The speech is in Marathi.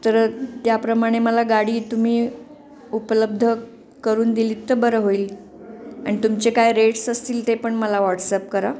तर त्याप्रमाणे मला गाडी तुम्ही उपलब्ध करून दिलीत तर बरं होईल आणि तुमचे काय रेट्स असतील ते पण मला व्हॉट्सअप करा